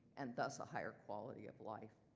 and thus, a higher quality of life.